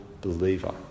believer